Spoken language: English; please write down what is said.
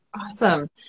Awesome